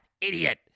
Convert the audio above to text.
idiot